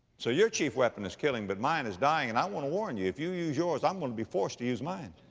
so your chief weapon is killing but mine is dying. and i want to warn you that if you use yours i am going to be forced to use mine.